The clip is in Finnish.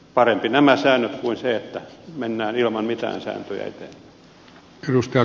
parempi nämä säännöt kuin se että mennään ilman mitään sääntöjä eteenpäin